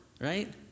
right